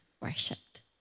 worshipped